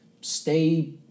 stay